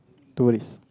tourist